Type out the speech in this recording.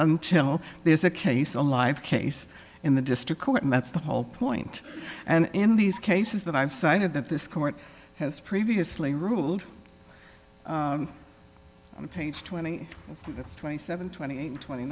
until there's a case a live case in the district court and that's the whole point and in these cases that i've cited that this court has previously ruled page twenty twenty seven twenty eight twenty